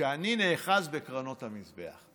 שאני נאחז בקרנות המזבח.